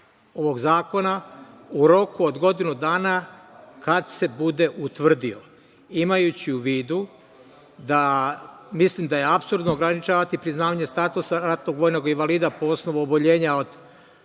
ovog zakona u roku od godinu dana kada se bude utvrdio. Imajući u vidu da mislim da je apsurdno ograničavanje priznavanje statusa ratnog vojnog invalida, po osnovu oboljenja od